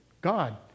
God